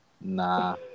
Nah